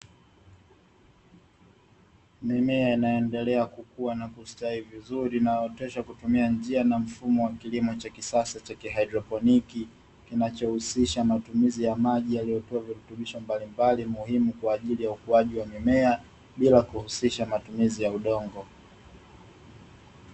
Mimea inaendelea kukua na kustawi vizuri inayooteshwa kwa kutumia njia na mfumo wa kilimo cha kisasa cha kihaidrokloniki kinacho husisha matumizi ya maji yanayotoa virutubisho mbalimbali muhimu kwa ajili ya ukuaji wa mimea bila kuhusisha matumizi ya udongo.